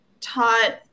taught